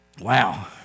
Wow